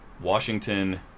Washington